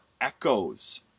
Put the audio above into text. echoes